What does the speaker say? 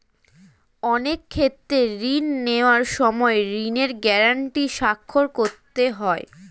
অনেক ক্ষেত্রে ঋণ নেওয়ার সময় ঋণের গ্যারান্টি স্বাক্ষর করতে হয়